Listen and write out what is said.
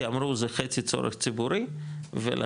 כי אמרו זה חצי צורך ציבורי ולכן,